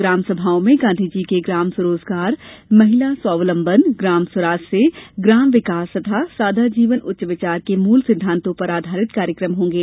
ग्राम सभाओं में गाँधी जी के ग्राम स्वरोजगार महिला स्वावलम्बन ग्राम स्वराज से ग्राम्य विकास तथा सादा जीवन उच्च विचार के मूल सिद्धांतों पर आधारित कार्यक्रम होंगे